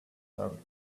out